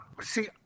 See